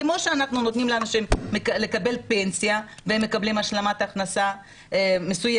כמו שאנחנו נותנים לאנשים לקבל פנסיה והם מקבלים השלמת הכנסה מסוימת,